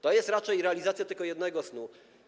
To jest raczej realizacja tylko jednego snu.